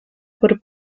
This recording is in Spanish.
por